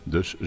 Dus